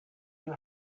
you